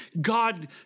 God